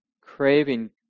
craving